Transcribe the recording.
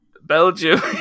Belgium